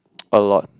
a lot